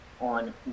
on